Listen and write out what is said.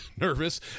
nervous